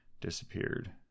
disappeared